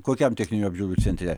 kokiam techninių apžiūrų centre